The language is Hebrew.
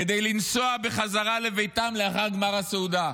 כדי לנסוע בחזרה לביתם לאחר גמר הסעודה.